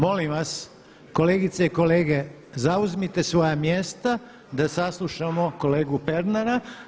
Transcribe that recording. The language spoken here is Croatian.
Molim vas kolegice i kolege, zauzmite svoja mjesta da saslušamo kolegu Pernara.